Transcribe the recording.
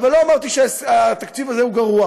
אבל לא אמרתי שהתקציב הזה הוא גרוע,